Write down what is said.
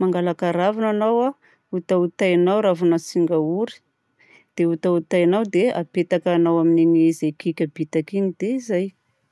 mangalaka ravina agnao, hotahotahinao ravina tsinjahory, dia hotahotahinao dia apetakanao amin'iny izy mibitabitaka iny. Dia izay!